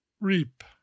Reap